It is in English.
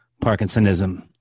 Parkinsonism